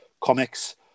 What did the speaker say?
comics